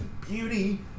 beauty